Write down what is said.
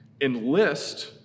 enlist